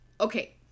okay